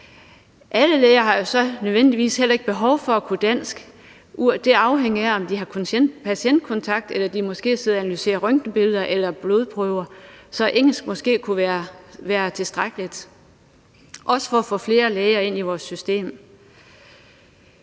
heller ikke nødvendigvis alle læger, der har behov for at kunne dansk; det afhænger af, om de har patientkontakt, eller om de måske sidder og analyserer røntgenbilleder eller blodprøver, hvor engelsk måske kunne være tilstrækkeligt – også for at få flere læger ind i vores system.